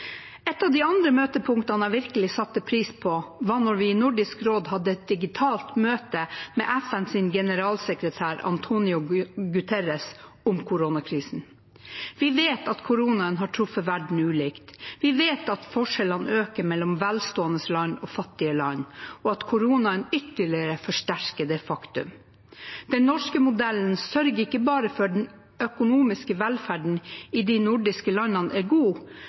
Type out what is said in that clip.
Et av de andre møtepunktene jeg virkelig satte pris på, var da vi i Nordisk råd hadde et digitalt møte med FNs generalsekretær António Guterres om koronakrisen. Vi vet at koronaen har truffet verden ulikt, vi vet at forskjellene øker mellom velstående land og fattige land, og at koronaen ytterligere forsterker det faktum. Den nordiske modellen sørger ikke bare for at den økonomiske velferden i de nordiske landene er god.